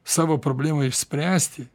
savo problemą išspręsti